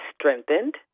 strengthened